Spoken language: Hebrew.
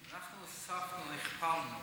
אנחנו הוספנו, הכפלנו,